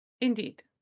Indeed